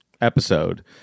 episode